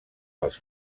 les